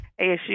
asu